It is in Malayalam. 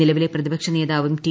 നിലവിലെ പ്രതിപക്ഷ നേതാവും ടി